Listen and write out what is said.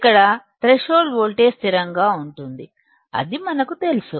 ఇక్కడ threshold voltage స్థిరంగా ఉంటుంది అది మనకు తెలుసు